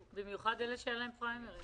במיוחד אלה שאין להם פריימריז.